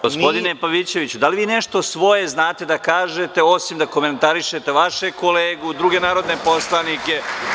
Gospodine Pavićeviću, da li vi nešto svoje znate da kažete, osim da komentarišete vašeg kolegu, druge narodne poslanike?